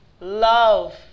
love